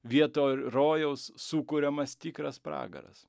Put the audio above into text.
vietoj rojaus sukuriamas tikras pragaras